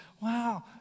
wow